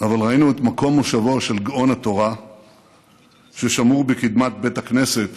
אבל ראינו את מקום מושבו של גאון התורה ששמור בקדמת בית הכנסת